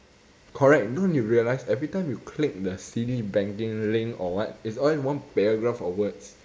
correct don't you realise every time you click the silly banking link or what it's always one paragraph of words